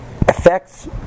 effects